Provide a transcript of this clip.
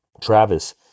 Travis